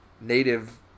native